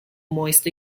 moist